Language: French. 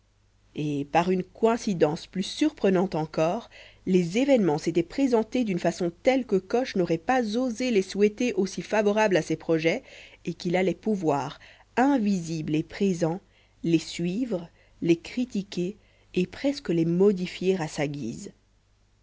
et par une coïncidence plus surprenante encore les événements s'étaient présentés d'une façon telle que coche n'aurait pas osé les souhaiter aussi favorables à ses projets et qu'il allait pouvoir invisible et présent les suivre les critiquer et presque les modifier à sa guise